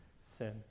sin